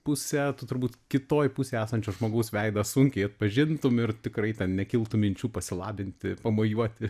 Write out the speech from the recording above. puse tu turbūt kitoj pusėj esančio žmogaus veidą sunkiai atpažintum ir tikrai ten nekiltų minčių pasilabinti pamojuoti